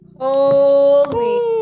Holy